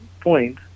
point